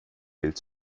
bild